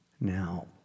Now